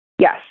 Yes